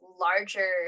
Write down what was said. larger